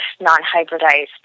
non-hybridized